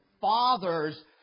fathers